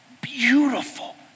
beautiful